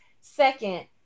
Second